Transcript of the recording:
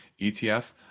ETF